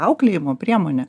auklėjimo priemonė